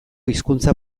hizkuntza